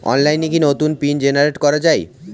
অনলাইনে কি নতুন পিন জেনারেট করা যায়?